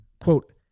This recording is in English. quote